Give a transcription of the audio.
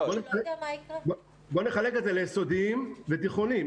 בוא נחלק את זה ליסודיים ותיכוניים,